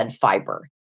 fiber